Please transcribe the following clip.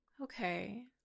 okay